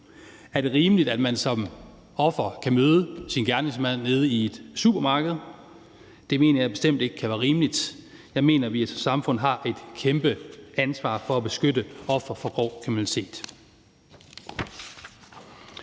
Er det rimeligt, at man som offer kan møde sin gerningsmand nede i supermarkedet? Det mener jeg bestemt ikke kan være rimeligt. Jeg mener, at vi som samfund har et kæmpe ansvar for at beskytte ofre for grov kriminalitet.